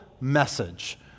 message